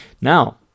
Now